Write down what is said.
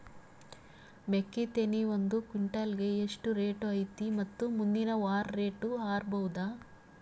ಮೆಕ್ಕಿ ತೆನಿ ಒಂದು ಕ್ವಿಂಟಾಲ್ ಗೆ ಎಷ್ಟು ರೇಟು ಐತಿ ಮತ್ತು ಮುಂದಿನ ವಾರ ರೇಟ್ ಹಾರಬಹುದ?